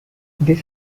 this